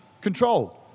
control